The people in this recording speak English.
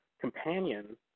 companion